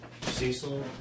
Cecil